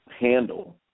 handle